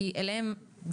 כי אליהם,